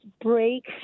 break